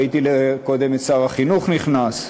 ראיתי קודם את שר החינוך נכנס,